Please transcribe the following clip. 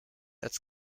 als